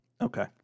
Okay